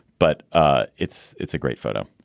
but ah it's it's a great photo.